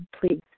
please